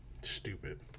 Stupid